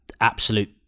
absolute